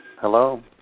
Hello